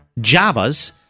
Java's